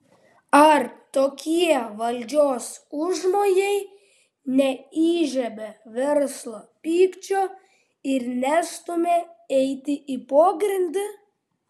ar tokie valdžios užmojai neįžiebia verslo pykčio ir nestumia eiti į pogrindį